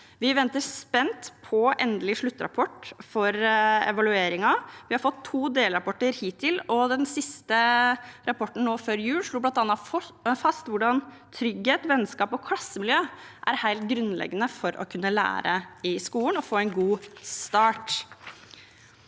Vi venter spent på endelig sluttrapport for evalueringen. Vi har fått to delrapporter hittil, og den siste rapporten før jul slo bl.a. fast hvordan trygghet, vennskap og klassemiljø er helt grunnleggende for å kunne lære i skolen og få en god start.